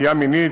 נטייה מינית,